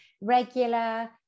regular